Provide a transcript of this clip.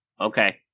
Okay